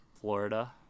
Florida